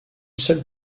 seule